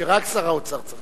נדמה לי שרק שר האוצר צריך,